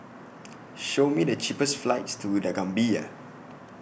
Show Me The cheapest flights to The Gambia